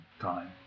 time